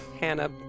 Hannah